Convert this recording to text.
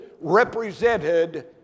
represented